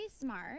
smart